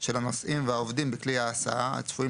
של הנוסעים והעובדים בכלי ההסעה הצפויים